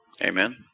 Amen